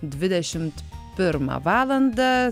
dvidešimt pirmą valandą